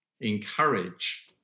encourage